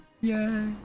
Yay